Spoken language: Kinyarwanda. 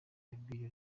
yabwiye